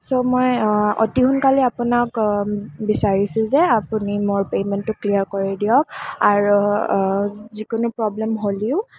ছ' মই অতি সোনকালে আপোনাক বিচাৰিছোঁ যে আপুনি মোৰ পে'মেণ্টটো ক্লিয়াৰ কৰি দিয়ক আৰু যিকোনো প্ৰব্লেম হ'লেও